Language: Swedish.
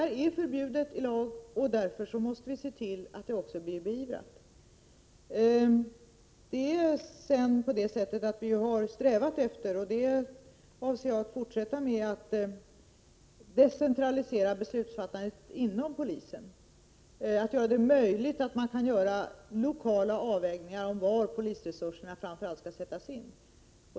Det är förbjudet i lag, och därför måste vi se till att det också beivras. Vi har strävat efter — och det avser jag att fortsätta att göra — att decentralisera beslutsfattandet inom polisen. Vi vill göra det möjligt att göra lokala avvägningar av var polisresurserna framför allt skall sättas in.